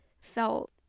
felt